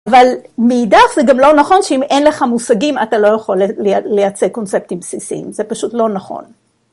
אבל מאידך זה גם לא נכון שאם אין לך מושגים אתה לא יכול לייצא קונספטים בסיסיים, זה פשוט לא נכון.